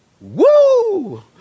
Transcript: woo